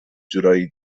جورایی